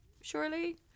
surely